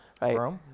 right